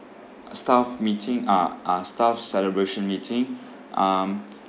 staff meeting uh uh staff celebration meeting um